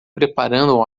preparando